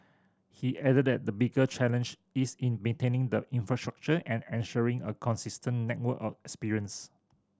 he added that the bigger challenge is in maintaining the infrastructure and ensuring a consistent network experience